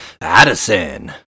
Addison